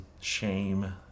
shame